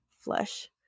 flush